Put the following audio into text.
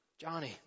Johnny